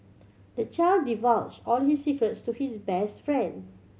the child divulged all his secrets to his best friend